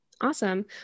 Awesome